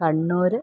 Kannur